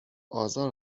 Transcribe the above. آزار